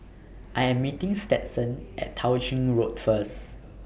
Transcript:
I Am meeting Stetson At Tao Ching Road First